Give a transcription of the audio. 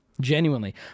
genuinely